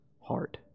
heart